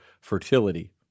fertility